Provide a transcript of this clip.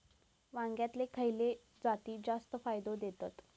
वांग्यातले खयले जाती जास्त फायदो देतत?